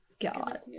God